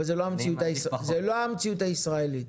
אבל זו לא המציאות הישראלית.